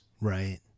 Right